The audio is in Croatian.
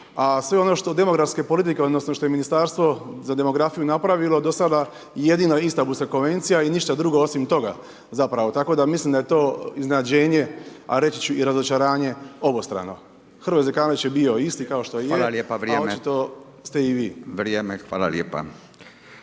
A sve ono što demografske politike odnosno što je Ministarstvo za demografiju napravilo do sada, jedino Istambulska Konvencija i ništa drugo osim toga, zapravo. Tako da mislim da je to iznenađenje, a reći ću i razočaranje obostrano. Hrvoje Zekanović je bio isti kao što i je …/Upadica: Hvala lijepo, vrijeme/…a očito